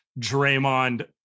Draymond